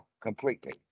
completely